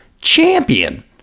champion